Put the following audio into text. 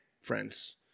friends